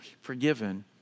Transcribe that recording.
forgiven